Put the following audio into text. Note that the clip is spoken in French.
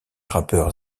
rappeurs